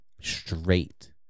straight